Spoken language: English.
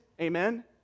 amen